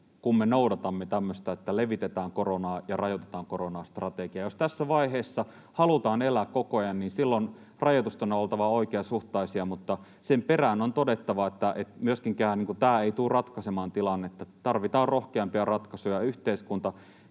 kuin me noudatamme tämmöistä ”levitetään koronaa ja rajoitetaan koronaa” -strategiaa. Jos tässä vaiheessa halutaan elää koko ajan, niin silloin rajoitusten on oltava oikeasuhtaisia, mutta sen perään on todettava, että myöskään tämä ei tule ratkaisemaan tilannetta. Tarvitaan rohkeampia ratkaisuja: yhteiskunta